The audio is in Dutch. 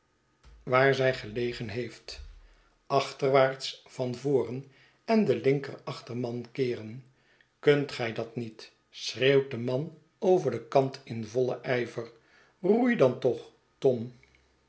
waar zij gelegen heeft achterwaarts van voren en de linker achterman keeren kunt gij dat dan niet schreeuwt de man over den kant in vollenijver roei dan toch tom